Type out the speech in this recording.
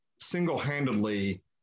single-handedly